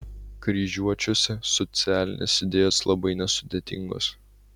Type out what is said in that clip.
kryžiuočiuose socialinės idėjos labai nesudėtingos